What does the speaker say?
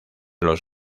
los